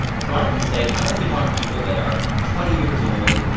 so i'm going to say i only want people that are twenty years old,